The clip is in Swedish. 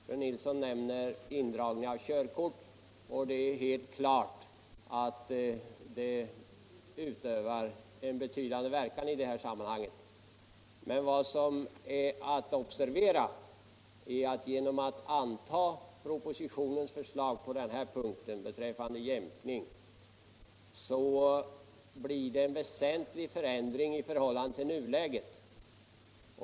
Fru Nilsson nämner indragning av körkortet, och det är helt klart att risken för att något sådant kan inträffa har en återhållande effekt. Att observera är emellertid att om riksdagen antar propositionens förslag om jämkning blir det en väsentlig förändring i förhållande till nuläget.